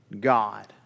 God